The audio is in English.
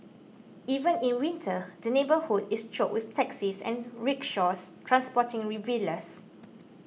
even in winter the neighbourhood is choked with taxis and rickshaws transporting revellers